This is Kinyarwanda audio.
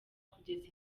kugeza